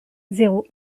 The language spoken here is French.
zéro